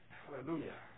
hallelujah